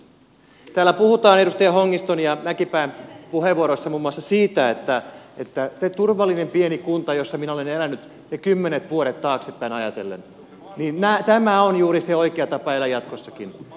täällä puhutaan edustaja hongiston ja mäkipään puheenvuoroissa muun muassa siitä että se turvallinen pieni kunta jossa minä olen elänyt ne kymmenet vuodet taaksepäin ajatellen on juuri se oikea tapa elää jatkossakin